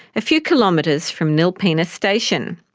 a few kilometres from nilpena station.